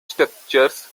structures